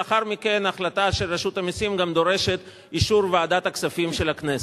לאחר מכן ההחלטה של רשות המסים גם דורשת אישור ועדת הכספים של הכנסת.